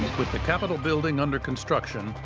with the capitol building under construction,